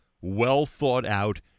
well-thought-out